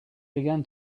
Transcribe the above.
began